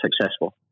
successful